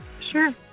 Sure